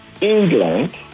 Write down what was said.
England